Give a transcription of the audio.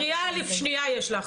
קריאה שנייה יש לך.